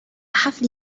حفل